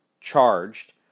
charged